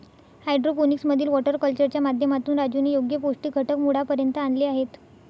hydroponics मधील water कल्चरच्या माध्यमातून राजूने योग्य पौष्टिक घटक मुळापर्यंत आणले आहेत